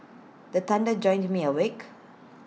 the thunder jolt me awake